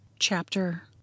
Chapter